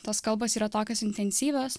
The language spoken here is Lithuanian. tos kalbos yra tokios intensyvios